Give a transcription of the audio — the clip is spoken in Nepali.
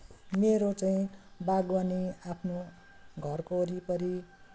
मेरो चाहिँ बागवानी आफ्नो घरको वरिपरि